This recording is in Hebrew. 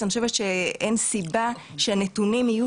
אני חושבת שאין סיבה שהנתונים יהיו